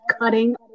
cutting